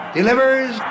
delivers